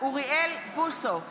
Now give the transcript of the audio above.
אוריאל בוסו,